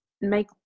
make